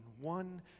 One